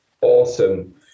awesome